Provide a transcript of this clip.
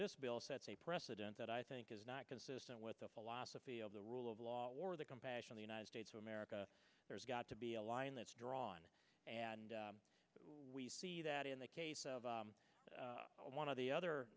this bill sets a precedent that i think is not consistent with the philosophy of the rule of law or the compassionate united states of america there's got to be a line that's drawn and we see that in the case of one of the other